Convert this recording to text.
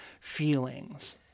feelings